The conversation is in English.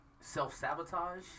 self-sabotage